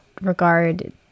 regard